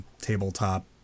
tabletop